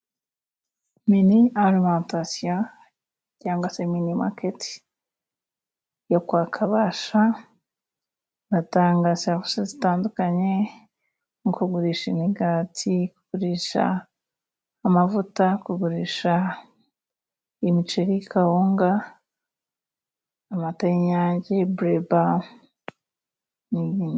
Mini alimentatio cyangwa se mini maketi yo kwa Kabasha. Batanga serivisi zitandukanye: mu kugurisha imigati, kugurisha amavuta, kugurisha imiceri, kawunga, amata yanjye, bureba.